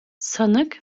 sanık